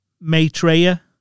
Maitreya